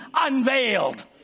unveiled